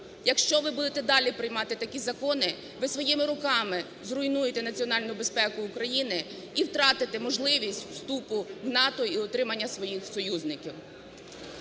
Якщо ви будете далі приймати такі закони, ви своїми руками зруйнуєте національну безпеку України і втратите можливість вступу в НАТО, і отримання своїх союзників.